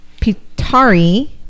pitari